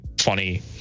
funny